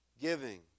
giving